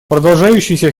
продолжающийся